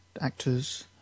actors